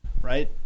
right